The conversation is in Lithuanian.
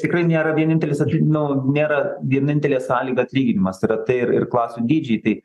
tikrai nėra vienintelis atly nu nėra vienintelė sąlyga atlyginimas yra tai ir klasių dydžiai tai